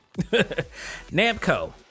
namco